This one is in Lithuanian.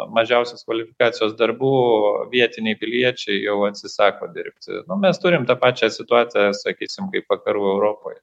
mažiausios kvalifikacijos darbų vietiniai piliečiai jau atsisako dirbti nu mes turim tą pačią situaciją sakysim kaip vakarų europoje